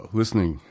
listening